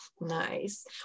Nice